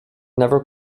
never